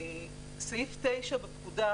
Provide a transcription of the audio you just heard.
סעיף 9 בפקודה,